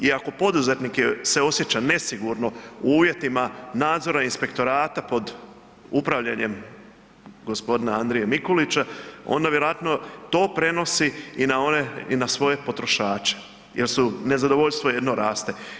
I ako poduzetnik se osjeća nesigurno u uvjetima nadzorima inspektorata pod upravljanjem gospodina Andrije Mikulića, onda vjerojatno to prenosi i na one i na svoje potrošače jer nezadovoljstvo jedno raste.